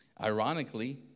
Ironically